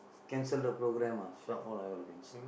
cancel the programme ah shop all I will cancel